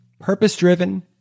purpose-driven